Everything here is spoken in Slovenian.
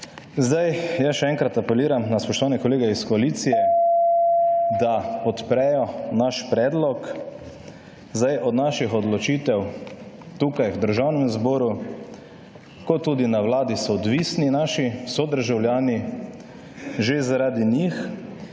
Zdaj, jaz še enkrat apeliram na spoštovane kolege iz koalicije / znak za konec razprave/, da podprejo naš predlog. Zdaj, od naših odločitev tukaj v državnem zboru kot tudi na vladi so odvisni naši sodržavljani. Že zaradi njih.